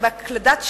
בהקלדת שם,